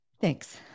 thanks